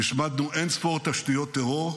השמדנו אין-ספור תשתיות טרור,